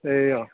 ए अँ